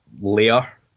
layer